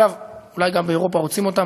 אגב, אולי גם באירופה רוצים אותם.